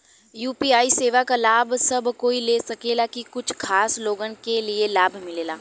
UPI सेवा क लाभ सब कोई ले सकेला की कुछ खास लोगन के ई लाभ मिलेला?